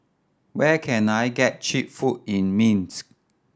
where can I get cheap food in Minsk